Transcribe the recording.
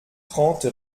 trente